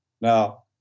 Now